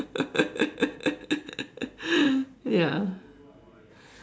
ya